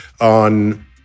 on